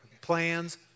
Plans